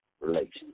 relations